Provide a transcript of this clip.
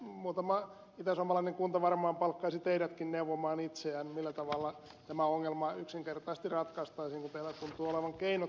muutama itäsuomalainen kunta varmaan palkkaisi teidätkin neuvomaan itseään millä tavalla tämä ongelma yksinkertaisesti ratkaistaisiin kun teillä tuntuu olevan keinot siihen